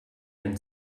and